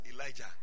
Elijah